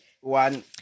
one